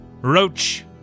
Roach